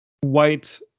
white